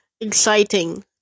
exciting